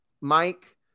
Mike